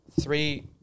three